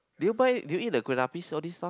did you buy did you eat the kueh-lapis all these stuff